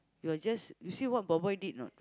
you're just you see what boy boy did or not